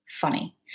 funny